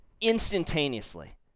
Instantaneously